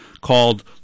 called